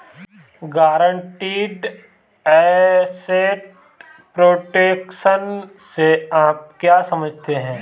Guaranteed asset protection से आप क्या समझते हैं?